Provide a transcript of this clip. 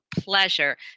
pleasure